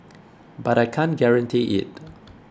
but I can't guarantee it